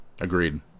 Agreed